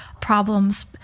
problems